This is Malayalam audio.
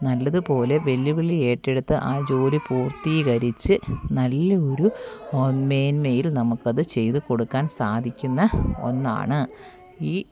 നല്ലത് പോലെ വെല്ലുവിളി ഏറ്റെടുത്ത് ആ ജോലി പൂർത്തീകരിച്ച് നല്ല ഒരു മേന്മയിൽ നമുക്കത് ചെയ്ത് കൊടുക്കാൻ സാധിക്കുന്ന ഒന്നാണ് ഈ